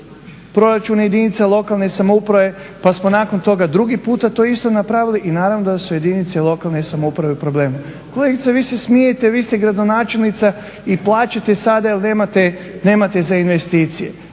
proračuni jedinica lokalne samouprave, pa smo nakon toga drugi puta to isto napravili i naravno da su jedinice lokalne samouprave u problemu. Kolegice vi se smijete, vi ste gradonačelnica i plačete sad jer nemate za investicije,